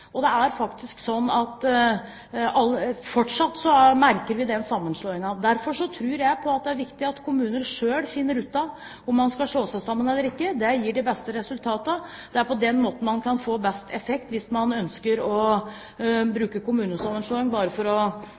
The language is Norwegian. og det er faktisk slik at vi fortsatt merker den sammenslåingen. Derfor tror jeg på at det er viktig at kommuner selv finner ut av om man skal slå seg sammen eller ikke. Det gir de beste resultatene. Det er på den måten man kan få best effekt hvis man ønsker å bruke kommunesammenslåing bare for å